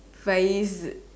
vees